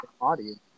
audience